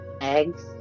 eggs